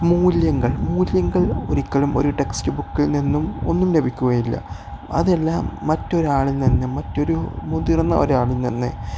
മൂല്യങ്ങൾ മൂല്യങ്ങൾ ഒരിക്കലും ഒരു ടെക്സ്റ്റ് ബുക്കിൽ നിന്നും ഒന്നും ലഭിക്കുകയില്ല അതെല്ലാം മറ്റൊരാളിൽ നിന്ന് മറ്റൊരു മുതിർന്ന ഒരാള നിന്നെ